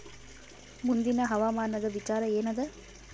ಮುಂದಿನ ಹವಾಮಾನದ ವಿಚಾರ ಏನದ?